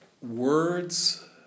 words